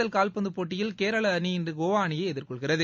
L கால்பந்து போட்டியில் கேரள அணி இன்று கோவா அணியை எதிர்கொள்கிறது